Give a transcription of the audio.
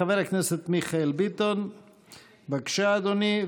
חבר הכנסת מיכאל ביטון, בבקשה, אדוני.